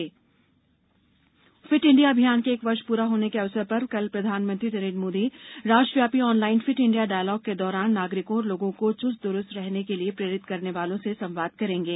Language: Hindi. फिट इंडिया फिट इंडिया अभियान के एक वर्ष पूरा होने के अवसर पर कल प्रधानमंत्री नरेन्द्र मोदी राष्ट्रव्यापी ऑनलाइन फिट इंडिया डायलॉग के दौरान नागरिकों और लोगों को चुस्त दुरूस्त रहने के लिए प्रेरित करने वालों से संवाद करेंगे